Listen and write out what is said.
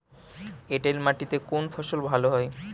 এঁটেল মাটিতে কোন ফসল ভালো হয়?